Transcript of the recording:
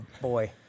Boy